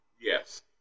Yes